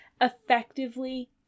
effectively